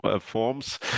forms